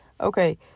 Okay